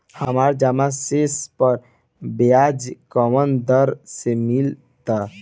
हमार जमा शेष पर ब्याज कवना दर से मिल ता?